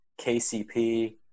KCP